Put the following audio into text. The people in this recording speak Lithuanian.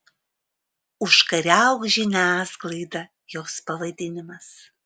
užkariauk žiniasklaidą jos pavadinimas